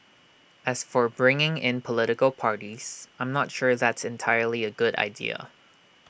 as for bringing in political parties I'm not sure that's entirely A good idea